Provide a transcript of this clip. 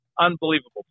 unbelievable